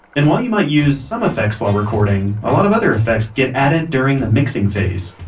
and while you might use some effects while recording, a lot of other effects get added during the mixing phase.